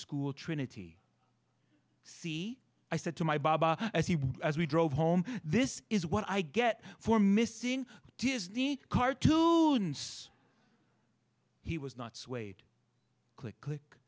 school trinity see i said to my bob as he was as we drove home this is what i get for missing disney cartoon so he was not swayed click click